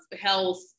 health